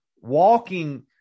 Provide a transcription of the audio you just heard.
walking